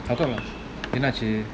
how come ah என்னாச்சு:ennachu